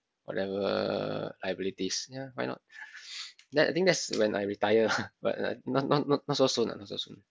whatever liabilities ya why not that I think that's when I retire lah but not not not so soon lah not so soon